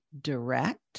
direct